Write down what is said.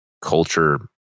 culture